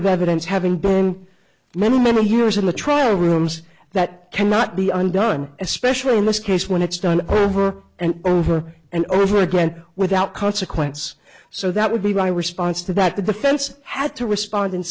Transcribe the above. of evidence having been many many years in the trial rooms that cannot be undone especially in this case when it's done over and over and over again without consequence so that would be a response to that the defense had to respond in